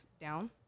Down